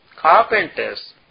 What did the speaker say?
carpenters